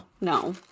no